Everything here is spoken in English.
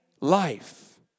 Life